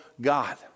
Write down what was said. God